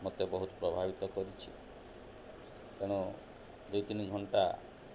ମୋତେ ବହୁତ ପ୍ରଭାବିତ କରିଛି ତେଣୁ ଦୁଇ ତିନି ଘଣ୍ଟା